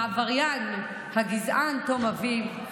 העבריין הגזען טום אביב.